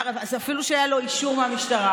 אפילו שהיה לו אישור מהמשטרה,